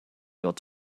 got